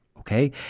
Okay